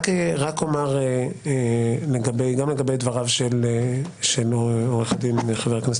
אני רק אומר גם לגבי דבריו של עורך דין חבר הכנסת